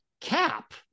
cap